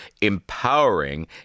empowering